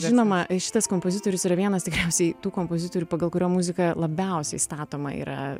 žinoma šitas kompozitorius yra vienas tikriausiai tų kompozitorių pagal kurio muziką labiausiai statoma yra